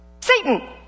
Satan